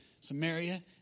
Samaria